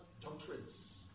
doctrines